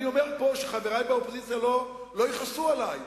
אני אומר פה, שחברי באופוזיציה לא יכעסו עלי,